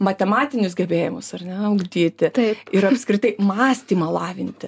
matematinius gebėjimus ar ne ugdyti ir apskritai mąstymą lavinti